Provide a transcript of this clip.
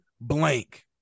blank